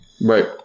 Right